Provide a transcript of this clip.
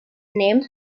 named